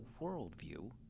worldview